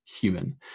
human